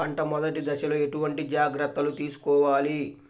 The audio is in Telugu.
పంట మెదటి దశలో ఎటువంటి జాగ్రత్తలు తీసుకోవాలి?